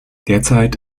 derzeit